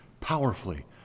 powerfully